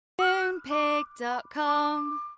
Moonpig.com